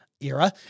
era